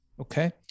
Okay